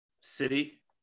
city